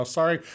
sorry